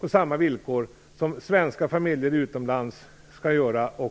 Det är samma villkor som för svenska familjer utomlands.